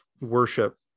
worship